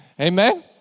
Amen